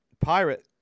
pirate